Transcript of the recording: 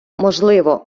можливо